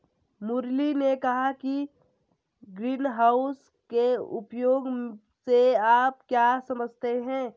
मुरली ने कहा कि ग्रीनहाउस के उपयोग से आप क्या समझते हैं?